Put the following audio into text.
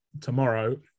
tomorrow